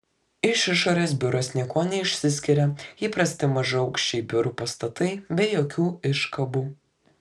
iš išorės biuras niekuo neišsiskiria įprasti mažaaukščiai biurų pastatai be jokių iškabų